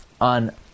on